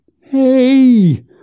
Hey